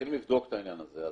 מתחילים לבדוק את העניין הזה.